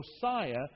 Josiah